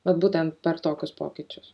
vat būtent per tokius pokyčius